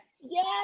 Yes